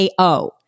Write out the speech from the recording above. AO